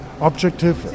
objective